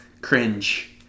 cringe